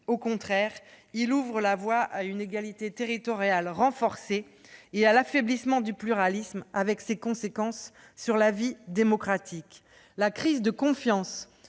Au contraire, il ouvre la voie à une inégalité territoriale renforcée et à un affaiblissement du pluralisme, qui sera lourd de conséquences sur la vie démocratique. La crise de confiance